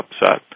upset